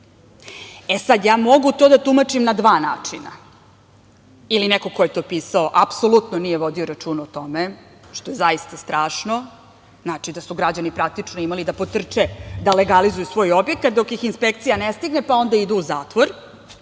ja mogu to da tumačim na dva načina. Ili neko ko je to pisao apsolutno nije vodio računa o tome, što je zaista strašno. Znači da su građani praktično imali da potrče da legalizuju svoj objekat dok ih inspekcija ne stigne, pa onda idu u zatvor,